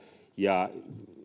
ja